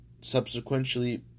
subsequently